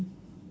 mm